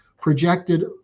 projected